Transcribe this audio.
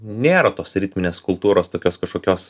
nėra tos ritminės kultūros tokios kažkokios